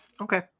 Okay